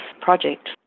project